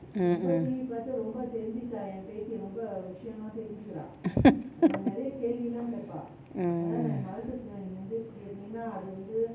mm mm mm